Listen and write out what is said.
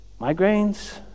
migraines